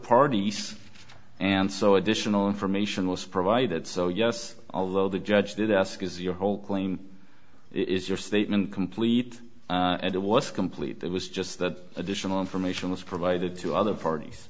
parties and so additional information was provided so yes although the judge did ask is your whole claim is your statement complete and it was complete it was just that additional information was provided to other parties